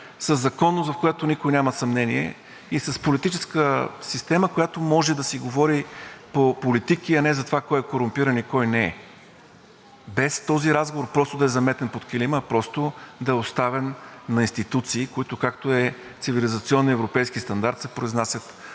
със законност, в която никой няма съмнение, и с политическа система, в която може да се говори по политики, а не за това кой е корумпиран и кой не е, без този разговор да е заметен под килима, а просто да е оставен на институции, които, както е цивилизационният европейски стандарт, се произнасят